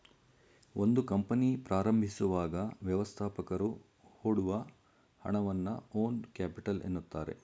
ಒಂದು ಕಂಪನಿ ಪ್ರಾರಂಭಿಸುವಾಗ ವ್ಯವಸ್ಥಾಪಕರು ಹೊಡುವ ಹಣವನ್ನ ಓನ್ ಕ್ಯಾಪಿಟಲ್ ಎನ್ನುತ್ತಾರೆ